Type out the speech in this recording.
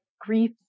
grief